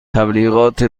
تبلیغات